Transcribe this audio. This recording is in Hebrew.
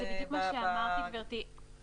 זה בדיוק מה שאמרתי, גברתי.